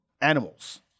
animals